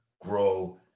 grow